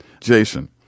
Jason